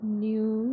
new